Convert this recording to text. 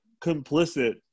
complicit